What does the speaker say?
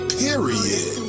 period